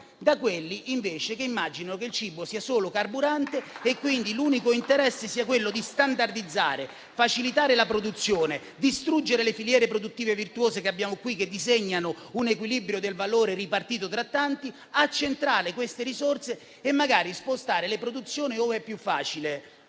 da quelli invece che immaginano che il cibo sia solo carburante, dove, quindi, l'unico interesse è standardizzare, facilitare la produzione, distruggere le filiere produttive virtuose che abbiamo e che disegnano un equilibrio del valore ripartito tra tanti, accentrando le risorse e magari spostando le produzioni ove è più facile.